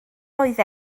oedd